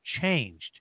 changed